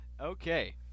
Okay